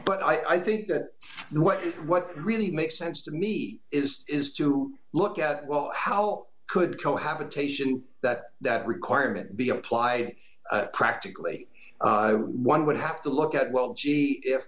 but i think that what is what really makes sense to me is is to look at well how could cohabitation that that requirement be applied practically one would have to look at well gee if